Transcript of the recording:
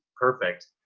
perfect